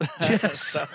Yes